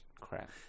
crap